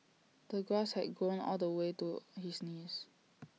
the grass had grown all the way to his knees